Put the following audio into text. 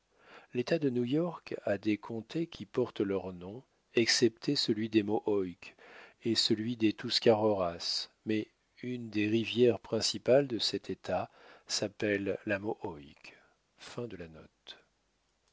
l'état de new-york a des comtés qui portent leurs noms excepté celui des mohawks et celui des tuscaroras mais une des rivières principales de cet état s'appelle